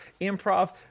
improv